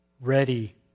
ready